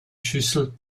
schüssel